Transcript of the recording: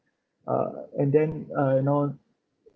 uh and then uh you know